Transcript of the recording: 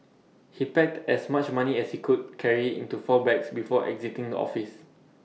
he packed as much money as he could carry into four bags before exiting the office